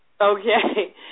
Okay